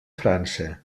frança